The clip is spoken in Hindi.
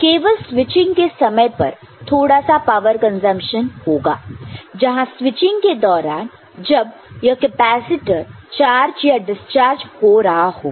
केवल स्विचिंग के समय पर थोड़ा सा पावर कंजप्शन होगा जहां स्विचिंग के दौरान जब या कैपेसिटर चार्ज या डिस्चार्ज हो रहा होगा